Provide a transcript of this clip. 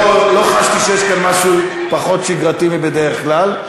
לא חשתי שיש כאן משהו פחות שגרתי מבדרך כלל.